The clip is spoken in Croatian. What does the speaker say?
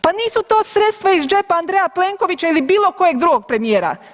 Pa nisu to sredstva iz džepa Andreja Plenkovića ili bilo kojeg drugog premijera.